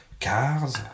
Cars